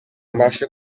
mbashe